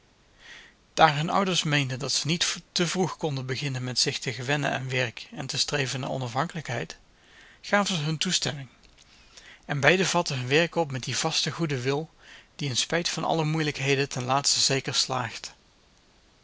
daar hun ouders meenden dat ze niet te vroeg konden beginnen met zich te gewennen aan werk en te streven naar onafhankelijkheid gaven ze hun toestemming en beiden vatten hun werk op met dien vasten goeden wil die in spijt van alle moeilijkheden ten laatste zeker slaagt